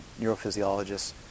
neurophysiologists